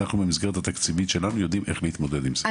אנחנו במסגרת התקציבית שלנו יודעים איך להתמודד עם זה?